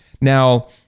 Now